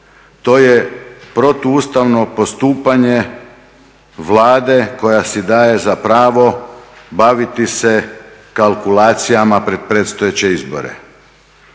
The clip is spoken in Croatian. To je protuustavno postupanje Vlade koja si daje za pravo baviti se kalkulacijama pred predstojeće izbore.